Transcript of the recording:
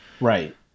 Right